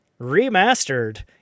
remastered